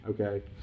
okay